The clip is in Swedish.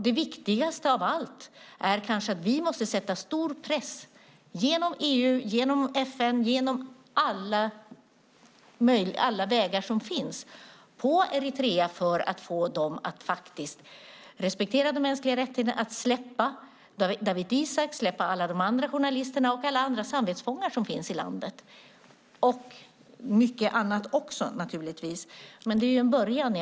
Det viktigaste av allt är att vi måste sätta stor press genom EU och FN, och alla vägar som finns, på Eritrea för att få dem att respektera de mänskliga rättigheterna, att släppa Dawit Isaak, släppa alla de andra journalisterna och alla de andra samvetsfångarna i landet. Det handlar naturligtvis om mycket annat också, men det är en början.